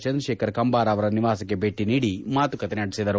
ಚಂದ್ರಶೇಖರ್ ಕಂಬಾರ ಅವರ ನಿವಾಸಕ್ಕೆ ಭೇಟ ನೀಡಿ ಮಾತುಕತೆ ನಡೆಸಿದರು